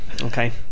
Okay